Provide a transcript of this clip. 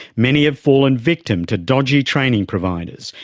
many have fallen victim to dodgy training providers,